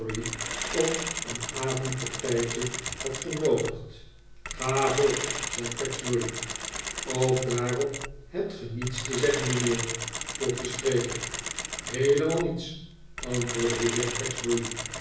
op een avondpartijtje had genoodigd ga voort zei gregsbury ook daarop hebt ge niets te zeggen mijnheer vroeg de spreker heelemaal niets antwoordde de heer